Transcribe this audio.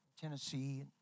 Tennessee